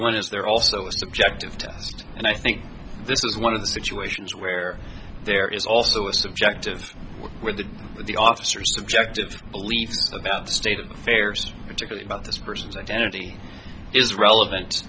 one is there also a subjective test and i think this is one of the situations where there is also a subjective where the the officer subjective beliefs about the state of affairs particular about this person's identity is relevant